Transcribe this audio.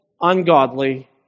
ungodly